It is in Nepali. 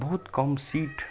बहुत कम सिट